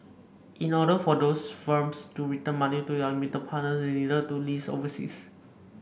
in order for those firms to return money to their limited partners they needed to list overseas